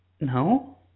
No